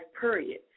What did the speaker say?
period